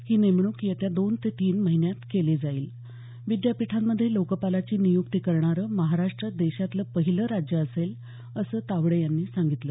ही नेमणूक येत्या दोन ते तीन महिन्यात केली जाईल विद्यापीठांमध्ये लोकपालाची नियुक्ती करणारं महाराष्ट देशातलं पहिलं राज्य असेल असं तावडे यांनी सांगितलं